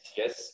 yes